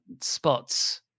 spots